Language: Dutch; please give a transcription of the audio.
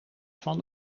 van